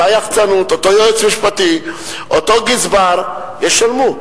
אותה יחצנות, אותו יועץ משפטי, אותו גזבר, ישלמו.